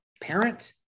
parent